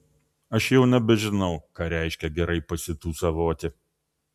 aš jau nebežinau ką reiškia gerai pasitūsavoti